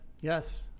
Yes